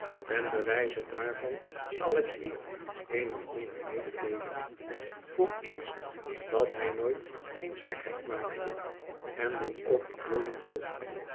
ten bewijze daarvan zal ik hier een en ander mededeel en vooreerst dat hij nooit eens gekheid maakte en dit ook niet dulden kon